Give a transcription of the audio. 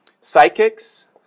psychics